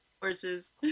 horses